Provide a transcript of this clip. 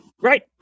Right